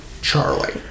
Charlie